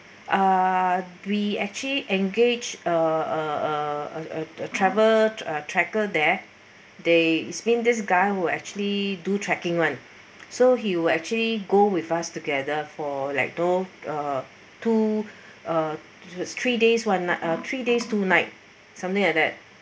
uh we actually engage a a a a a a travel uh trekker there they spin this guy who actually do tracking one so he will actually go with us together for like you know uh two uh three days one night uh three days two night something like that